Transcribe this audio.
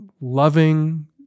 loving